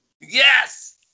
Yes